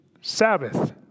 Sabbath